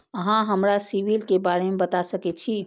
अहाँ हमरा सिबिल के बारे में बता सके छी?